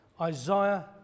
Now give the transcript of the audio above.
Isaiah